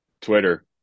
Twitter